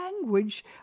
language